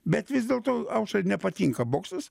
bet vis dėlto aušrai nepatinka boksas